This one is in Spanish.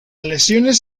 lesiones